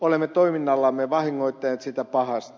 olemme toiminnallamme vahingoittaneet sitä pahasti